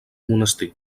monestir